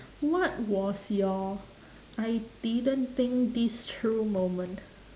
what was your I didn't think this through moment